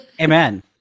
Amen